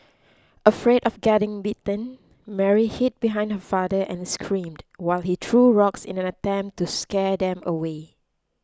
afraid of getting bitten Mary hid behind her father and screamed while he threw rocks in an attempt to scare them away